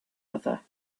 other